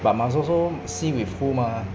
but must also see with who mah